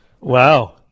wow